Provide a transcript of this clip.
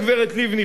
הגברת לבני,